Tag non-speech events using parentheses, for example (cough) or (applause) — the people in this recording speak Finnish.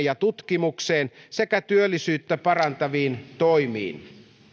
(unintelligible) ja tutkimukseen sekä työllisyyttä parantaviin toimiin